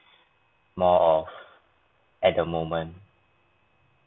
more of at the moment